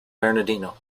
bernardino